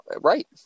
right